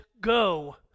Go